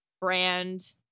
brand